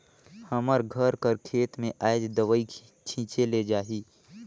हमर घर कर खेत में आएज दवई छींचे ले जाही